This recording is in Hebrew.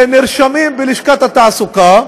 והם נרשמים בלשכת התעסוקה,